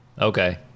Okay